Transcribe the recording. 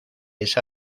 esa